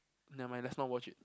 nevermind let's not watch it